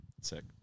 Sick